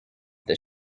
this